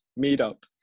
meetup